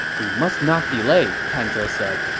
we must not delay, kan ze said.